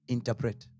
Interpret